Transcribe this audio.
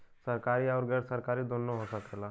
सरकारी आउर गैर सरकारी दुन्नो हो सकेला